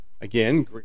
Again